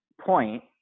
point